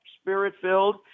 spirit-filled